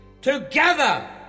Together